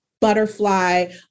butterfly